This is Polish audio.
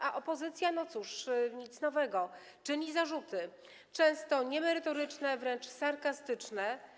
A opozycja - no cóż, nic nowego - czyni zarzuty, często niemerytoryczne, wręcz sarkastyczne.